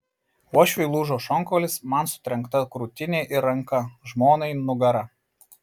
uošviui lūžo šonkaulis man sutrenkta krūtinė ir ranka žmonai nugara